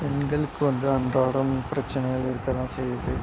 பெண்களுக்கு வந்து அன்றாடம் பிரச்சினைகள் இருக்கத்தான் செய்யுது